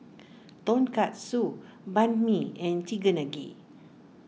Tonkatsu Banh Mi and